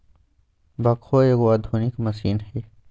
backhoe एगो आधुनिक machine हइ